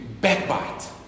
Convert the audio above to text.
backbite